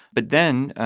but then,